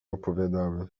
opowiadały